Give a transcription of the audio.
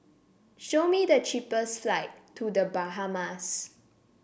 show me the cheapest flight to The Bahamas